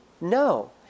no